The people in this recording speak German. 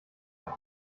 auch